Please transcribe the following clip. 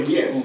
Yes